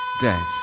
dead